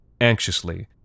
anxiously